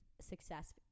success